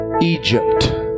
Egypt